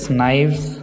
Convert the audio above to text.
knives